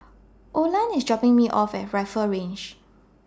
Olan IS dropping Me off At Rifle Range